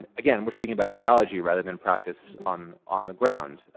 and again, we're speaking about ideology, rather than practice on on the ground.